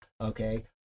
okay